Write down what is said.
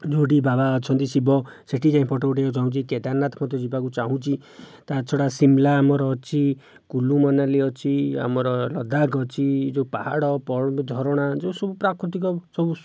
ଯେଉଁଠି ବାବା ଅଛନ୍ତି ଶିବ ସେଇଠି ଯାଇଁକି ଫଟୋ ଉଠେଇବାକୁ ଚାହୁଁଛି କେଦାରନାଥ ମଧ୍ୟ ଯିବାକୁ ଚାହୁଁଛି ତା ଛଡ଼ା ଶିମଲା ଆମର ଅଛି କୁଲ୍ଲୁ ମନାଲି ଅଛି ଆମର ଲଦାଖ ଅଛି ଯେଉଁ ପାହାଡ଼ ଝରଣା ଯେଉଁ ସବୁ ପ୍ରାକୃତିକ ସବୁ